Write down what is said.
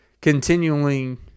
continuing